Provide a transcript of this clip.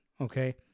Okay